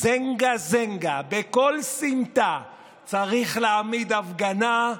"זנגה זנגה" בכל סמטה צריך להעמיד הפגנה,